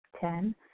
Ten